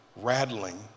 rattling